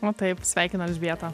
o taip sveikinu elzbieta